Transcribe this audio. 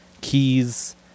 Keys